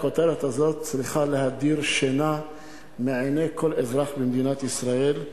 הכותרת הזאת צריכה להדיר שינה מעיני כל אזרח במדינת ישראל.